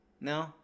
No